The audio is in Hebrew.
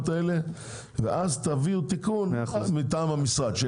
האלה ואז תבואו עם תיקון מטעם המשרד.